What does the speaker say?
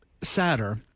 sadder